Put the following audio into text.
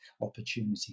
opportunity